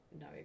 No